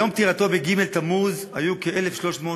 ביום פטירתו בג' תמוז היו כ-1,300 שלוחים,